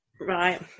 Right